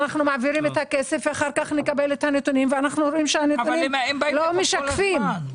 אחר כך אנחנו רואים שהנתונים לא משקפים.